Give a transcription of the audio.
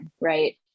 right